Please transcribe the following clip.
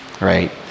right